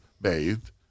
bathed